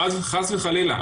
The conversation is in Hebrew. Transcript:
חס וחלילה.